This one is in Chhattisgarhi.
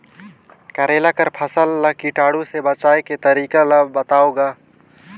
करेला कर फसल ल कीटाणु से बचाय के तरीका ला बताव ग?